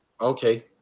Okay